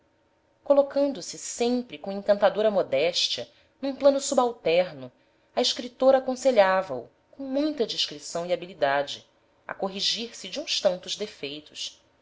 capaz colocando-se sempre com encantadora modéstia num plano subalterno a escritora aconselhava o com muita discrição e habilidade a corrigir-se de uns tantos defeitos